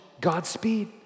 Godspeed